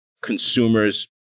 consumers